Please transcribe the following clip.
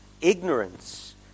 ignorance